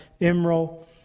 emerald